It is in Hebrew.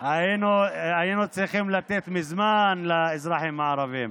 שהיינו צריכים לתת מזמן לאזרחים הערבים.